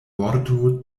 vorto